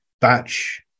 batch